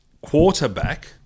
quarterback